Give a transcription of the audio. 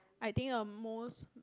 I think your most